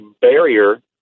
barrier